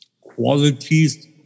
qualities